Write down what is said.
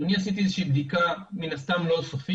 אני עשיתי איזה שהיא בדיקה, מן הסתם לא סופית,